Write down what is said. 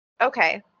okay